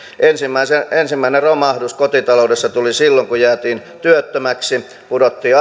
ensimmäinen romahdus kotitaloudessa tuli silloin kun jäätiin työttömäksi pudottiin